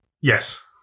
Yes